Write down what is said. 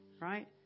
right